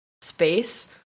space